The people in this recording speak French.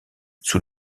sous